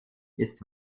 ist